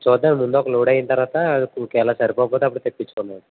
చూద్దాం ముందు ఒక లోడ్ అయిన తర్వాత ఊరికే అలా సరిపోకపోతే తెచ్చుకుందాం